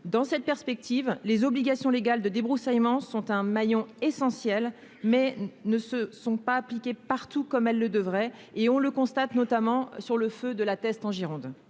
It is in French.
Dans cette perspective, les obligations légales de débroussaillement sont un maillon essentiel, mais elles ne se sont pas appliquées partout comme elles le devraient ; on le constate notamment avec le feu de La Teste-de-Buch, en Gironde.